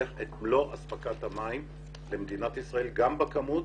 את מלוא אספקת המים למדינת ישראל גם בכמות